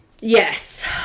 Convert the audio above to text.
Yes